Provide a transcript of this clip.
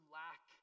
lack